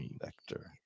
Vector